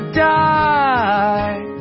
die